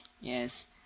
Yes